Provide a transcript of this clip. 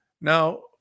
Now